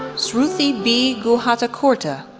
sruti b. guhathakurta,